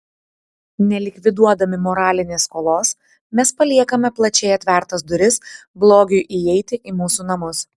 nelikviduodami moralinės skolos mes paliekame plačiai atvertas duris blogiui įeiti į mūsų namus